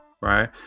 right